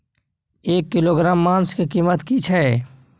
एक किलोग्राम मांस के कीमत की छै?